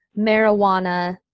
marijuana